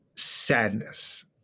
sadness